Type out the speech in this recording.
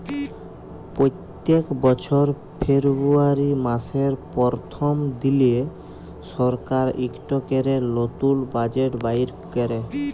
প্যত্তেক বছর ফেরবুয়ারি ম্যাসের পরথম দিলে সরকার ইকট ক্যরে লতুল বাজেট বাইর ক্যরে